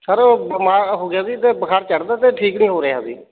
sir ਬਿਮਾਰ ਹੋ ਗਿਆ ਜੀ ਅਤੇ ਬੁਖ਼ਾਰ ਚੜ੍ਹਦਾ ਅਤੇ ਠੀਕ ਨਹੀਂ ਹੋ ਰਿਹਾ ਜੀ